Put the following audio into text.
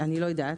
אני לא יודעת,